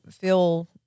feel